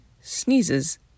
sneezes